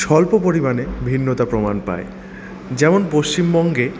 স্বল্প পরিমাণে ভিন্নতা প্রমাণ পায় যেমন পশ্চিমবঙ্গে